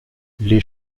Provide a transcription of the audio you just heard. les